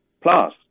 Plus